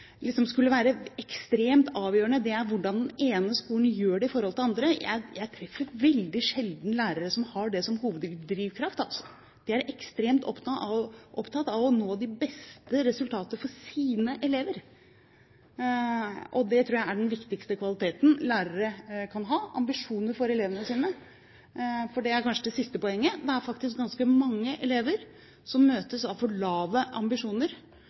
liksom skulle være ekstremt avgjørende, er hvordan den ene skolen gjør det i forhold til andre – jeg treffer veldig sjelden lærere som har det som hoveddrivkraft. De er ekstremt opptatt av å nå de beste resultater for sine elever. Jeg tror at den viktigste kvaliteten lærere kan ha, er ambisjoner for elevene sine. Det er kanskje det siste poenget. Det er faktisk ganske mange elever som møtes av for lave ambisjoner